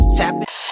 tapping